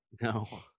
no